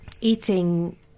eating